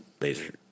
laser